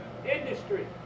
industry